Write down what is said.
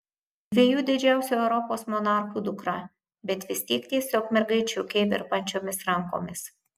dviejų didžiausių europos monarchų dukra bet vis tiek tiesiog mergaičiukė virpančiomis rankomis